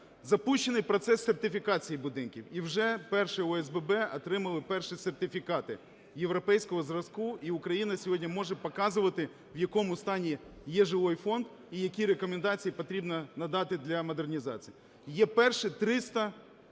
Запущений процес сертифікації будинків, і вже перші ОСББ отримали перші сертифікати європейського зразку, і Україна сьогодні може показувати, в якому стані є жилий фонд і які рекомендації потрібно надати для модернізації. Є перші 300